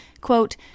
quote